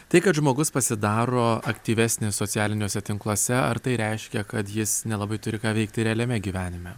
tai kad žmogus pasidaro aktyvesnis socialiniuose tinkluose ar tai reiškia kad jis nelabai turi ką veikti realiame gyvenime